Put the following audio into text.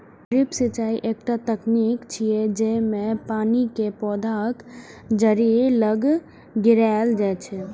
drip सिंचाइ एकटा तकनीक छियै, जेइमे पानि कें पौधाक जड़ि लग गिरायल जाइ छै